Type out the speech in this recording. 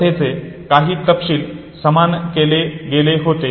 कथेचे काही तपशील समान केले गेले होते